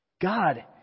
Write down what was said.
God